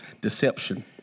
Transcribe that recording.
deception